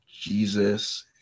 Jesus